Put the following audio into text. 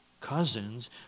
cousins